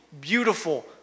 beautiful